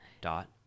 dot